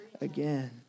again